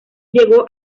llegó